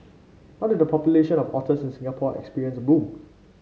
how did the population of otters in Singapore experience a boom